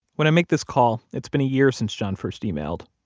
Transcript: when i make this call, it's been a year since john first emailed.